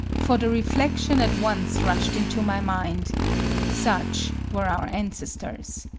for the reflection at once rushed into my mind such were our ancestors.